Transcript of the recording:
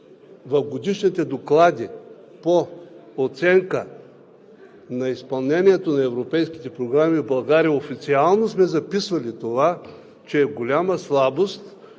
в Годишните доклади по оценка на изпълнението на европейските програми в България, официално сме записали това, че е голяма слабост